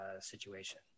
situation